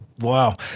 Wow